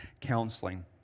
counseling